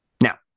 Now